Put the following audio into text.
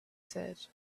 said